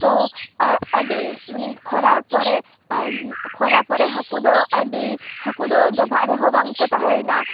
ᱛᱳ ᱟᱹᱰᱤ ᱢᱟᱱᱮ ᱠᱷᱚᱨᱟ ᱯᱚᱨᱮ ᱠᱷᱚᱨᱟ ᱯᱚᱨᱮ ᱦᱟᱹᱠᱩ ᱫᱚ ᱟᱹᱰᱤ ᱦᱟᱹᱠᱩ ᱫᱚ ᱰᱚᱵᱷᱟᱜ ᱨᱮᱦᱚᱸ ᱵᱟᱝ ᱠᱚ ᱛᱟᱦᱮᱸᱭᱮᱱᱟ